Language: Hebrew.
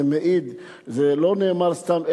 זה לא נאמר סתם,